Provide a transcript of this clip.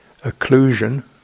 occlusion